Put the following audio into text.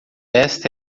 esta